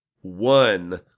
one